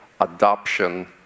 adoption